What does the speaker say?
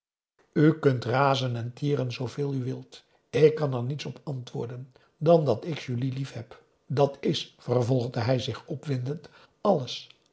kunt razen en tieren zooveel u wilt ik kan er niets op antwoorden dan dat ik julie liefheb dat is vervolgde hij zich opwindend alles